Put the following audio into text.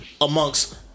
Amongst